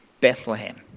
Bethlehem